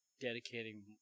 dedicating